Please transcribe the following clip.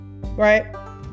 Right